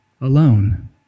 alone